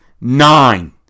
nine